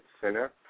Center